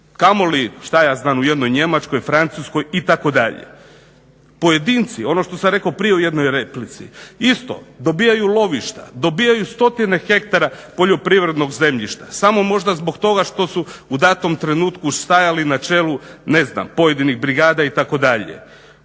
kamoli šta ja znam u jednoj Njemačkoj, Francuskoj itd. Pojedinci, ono što sam rekao prije u jednoj replici isto dobijaju lovišta, dobijaju stotine hektara poljoprivrednog zemljišta samo možda zbog toga što su u datom trenutku stajali na čelu ne znam pojedinih brigada itd.